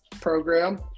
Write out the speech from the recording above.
program